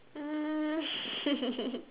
um